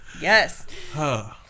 Yes